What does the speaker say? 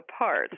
apart